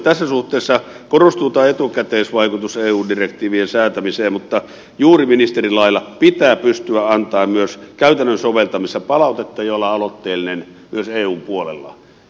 tässä suhteessa korostuu tämä etukäteisvaikutus eu direktiivien säätämiseen mutta juuri ministerin lailla pitää pystyä antamaan myös käytännön soveltamisessa palautetta ja olla aloitteellinen myös eun puolella